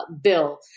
bill